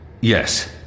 Yes